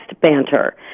banter